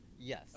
Yes